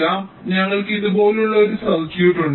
അതിനാൽ ഞങ്ങൾക്ക് ഇതുപോലുള്ള ഒരു സർക്യൂട്ട് ഉണ്ട്